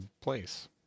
place